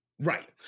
Right